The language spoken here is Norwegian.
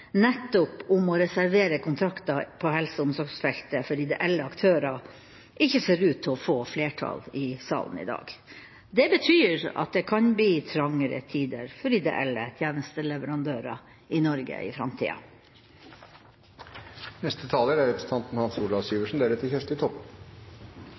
nettopp om å reservere kontrakter på helse- og omsorgsfeltet for ideelle aktører – ikke ser ut til å få flertall i salen i dag. Det betyr at det kan bli trangere tider for ideelle tjenesteleverandører i Norge i